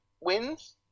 wins